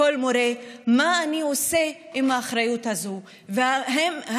כל מורה: מה אני עושה עם האחריות הזאת ואם